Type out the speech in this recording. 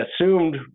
assumed